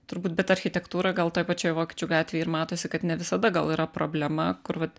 turbūt bet architektūra gal toj pačioj vokiečių gatvėj ir matosi kad ne visada gal yra problema kur vat